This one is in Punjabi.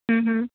ਹੁੰ ਹੁੰ